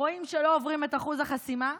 רואים שלא עוברים את אחוז החסימה,